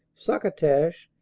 succotash,